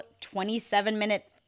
27-minute